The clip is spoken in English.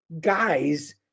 guys